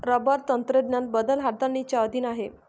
rubber तंत्रज्ञान बदल हाताळणीच्या अधीन आहे